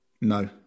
No